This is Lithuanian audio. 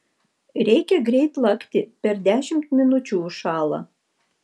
reikia greit lakti per dešimt minučių užšąla